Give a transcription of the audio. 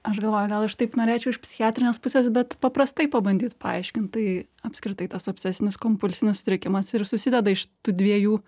aš galvoju gal aš taip norėčiau iš psichiatrinės pusės bet paprastai pabandyt paaiškint tai apskritai tas obsesinis kompulsinis sutrikimas ir susideda iš tų dviejų